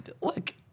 look